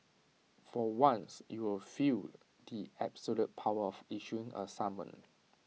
for once you'll feel the absolute power of issuing A summon